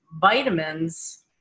vitamins